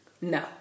No